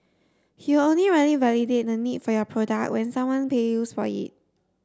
he only really validate the need for your product when someone pay for it